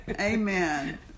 Amen